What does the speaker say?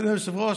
אדוני היושב-ראש,